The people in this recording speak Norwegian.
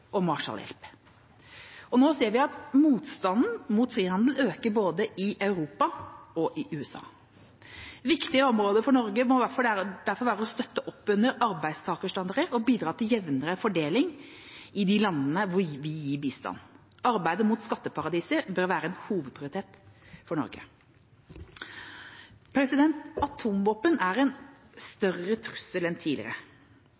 og Marshall-hjelp. Nå ser vi at motstanden mot frihandel øker både i Europa og i USA. Viktige områder for Norge må derfor være å støtte opp under arbeidstakerstandarder og bidra til jevnere fordeling i de landene hvor vi gir bistand. Arbeidet mot skatteparadiser bør være en hovedprioritet for Norge. Atomvåpen er en